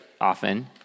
often